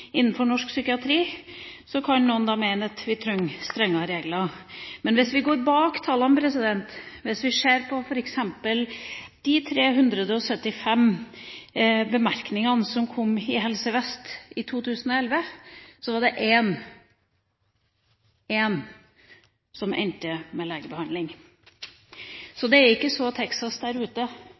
innenfor norsk psykiatri, at noen kan mene at vi trenger strengere regler. Men hvis vi går bak tallene, hvis vi f.eks. ser på de 375 bemerkningene som kom i Helse Vest i 2011, var det en – én – som endte med legebehandling. Så det er ikke så «texas» der ute